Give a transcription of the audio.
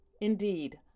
indeed